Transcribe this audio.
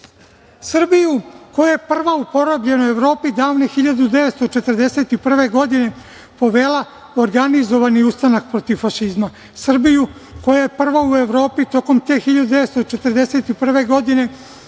Srbiju koja je prva u porobljenoj Evropi davne 1941. godine povela organizovani ustanak protiv fašizma. Srbiju koja je prva u Evropi tokom te 1941. godine